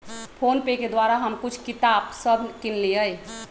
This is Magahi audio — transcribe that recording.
फोनपे के द्वारा हम कुछ किताप सभ किनलियइ